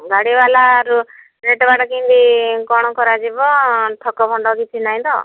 ବାଡ଼ିବାଲା ରେଟ୍ବାଟ୍ କେମିତି କ'ଣ କରାଯିବ ଠକ ଭଣ୍ଡ କିଛି ନାହିଁ ତ